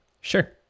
sure